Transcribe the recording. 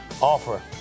offer